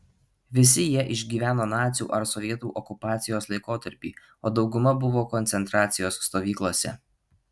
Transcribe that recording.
visi jie išgyveno nacių ar sovietų okupacijos laikotarpį o dauguma buvo koncentracijos stovyklose